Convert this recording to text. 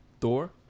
Thor